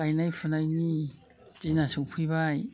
गायनाय फुनायनि दिना सफैबाय